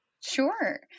Sure